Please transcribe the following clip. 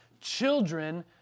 children